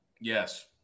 Yes